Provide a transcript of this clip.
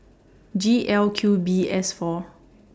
G L Q B S four